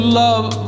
love